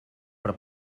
per